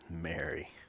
Mary